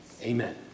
Amen